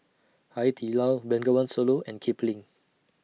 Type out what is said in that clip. Hai Di Lao Bengawan Solo and Kipling